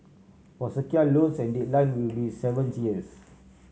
for secured loans the deadline will be seventy years